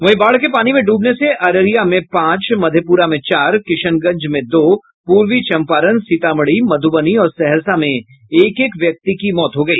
वहीं बाढ़ के पानी में ड्बने से अररिया में पांच मधेप्रा में चार किशनगंज में दो पूर्वी चंपारण सीतामढ़ी मध्यबनी और सहरसा में एक एक व्यक्ति की मौत हो गई